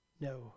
No